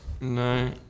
No